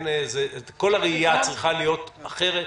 כל הראייה צריכה להיות אחרת.